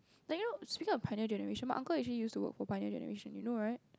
like you know speaking of pioneer-generation my uncle actually used to work for pioneer-generation you know right